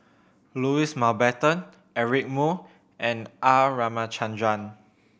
Louis Mountbatten Eric Moo and R Ramachandran